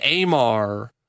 Amar